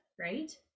right